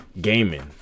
gaming